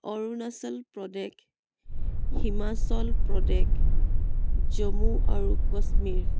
অৰুণাচল প্ৰদেশ হিমাচল প্ৰদেশ জম্মু আৰু কাশ্মীৰ